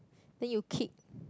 then you kick